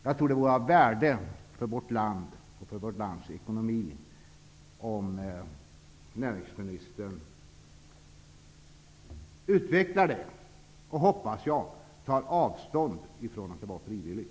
Jag tror att det vore av värde för vårt land och för vårt lands ekonomi om näringsministern kunde utveckla det han sade och -- som jag hoppas -- ta avstånd från att det skedde frivilligt.